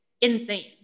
insane